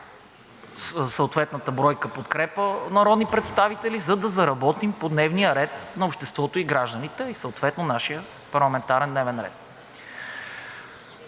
съответната бройка подкрепа народни представители, за да заработим по дневния ред на обществото и гражданите и съответно по нашия парламентарен дневен ред.